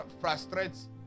frustrates